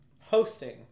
Hosting